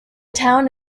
town